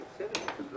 חברי הכנסת,